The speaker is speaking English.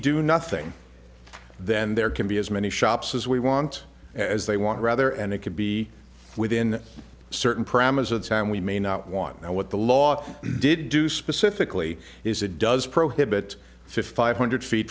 do nothing then there can be as many shops as we want as they want rather and it could be within certain parameters of time we may not want and what the law did do specifically is it does prohibit fifty five hundred feet